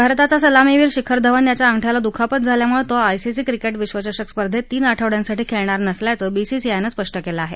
भारताचा सलामीवीर शिखर धवन याच्या अंगठ्याला दुखापत झाल्यामुळे तो आयसीसी क्रिकेट विश्वचषक स्पर्धेत तीन आठवडयांसाठी खेळणार नसल्याचं बीसीसीआयनं स्पष्ट केलं आहे